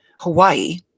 Hawaii